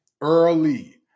Early